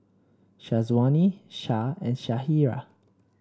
Syazwani Shah and Syirah